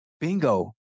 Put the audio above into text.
Bingo